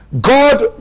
God